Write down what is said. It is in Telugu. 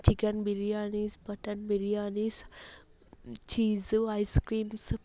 chicken biryanis mutton biryanis cheese ice creams